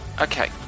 okay